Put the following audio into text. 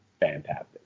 fantastic